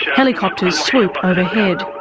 helicopters swoop overhead.